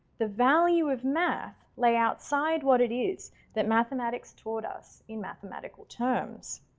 the value of math lay outside what it is that mathematics taught us in mathematical terms.